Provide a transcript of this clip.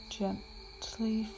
gently